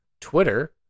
Twitter